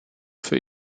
für